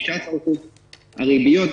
לפעמים 16%. הריביות,